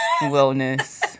wellness